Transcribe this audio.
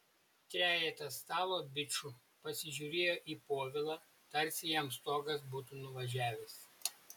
trejetas stalo bičų pasižiūrėjo į povilą tarsi jam stogas būtų nuvažiavęs